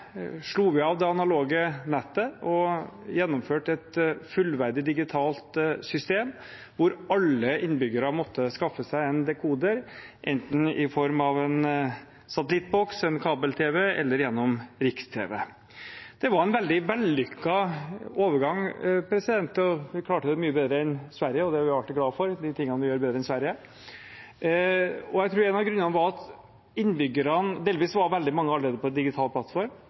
slo vi av det analoge nettet og gjennomførte et fullverdig digitalt system, hvor alle innbyggere måtte skaffe seg en dekoder, enten i form av en satellittboks eller kabel-tv eller gjennom RiksTV. Det var en veldig vellykket overgang. Vi klarte det mye bedre enn Sverige – og de tingene vi gjør bedre enn Sverige, er vi alltid glad for. Jeg tror en av grunnene var at delvis var veldig mange av innbyggerne allerede på digital plattform,